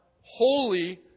holy